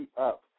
up